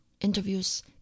interviews